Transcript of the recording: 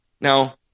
Now